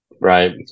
Right